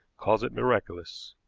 calls it miraculous.